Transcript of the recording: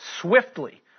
swiftly